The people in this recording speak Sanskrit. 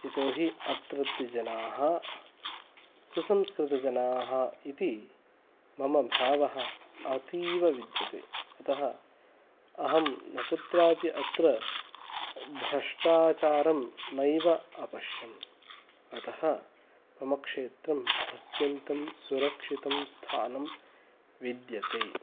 यतोहि अत्रत्यजनाः सुसंस्कृतजनाः इति मम भावः अतीवविद्यते अतः अहं न कुत्रापि अत्र भ्रष्टाचारं नैव अपश्यम् अतः मम क्षेत्रम् अत्यन्तं सुरक्षितं स्थानं विद्यते